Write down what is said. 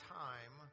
time